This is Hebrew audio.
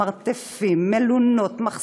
מרתפים, מלונות, מחסנים.